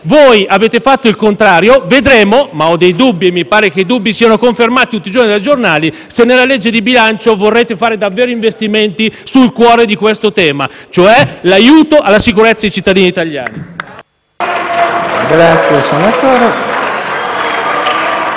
Voi avete fatto il contrario. Vedremo - ma ho dei dubbi, e mi pare che essi siano confermati tutti i giorni dai giornali - se nella legge di bilancio vorrete fare davvero investimenti diretti al cuore di questo tema, cioè l'aiuto alla sicurezza dei cittadini italiani!. *(Applausi dal